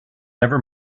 never